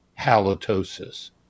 halitosis